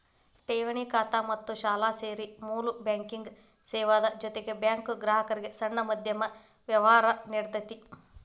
ಠೆವಣಿ ಖಾತಾ ಮತ್ತ ಸಾಲಾ ಸೇರಿ ಮೂಲ ಬ್ಯಾಂಕಿಂಗ್ ಸೇವಾದ್ ಜೊತಿಗೆ ಬ್ಯಾಂಕು ಗ್ರಾಹಕ್ರಿಗೆ ಸಣ್ಣ ಮಧ್ಯಮ ವ್ಯವ್ಹಾರಾ ನೇಡ್ತತಿ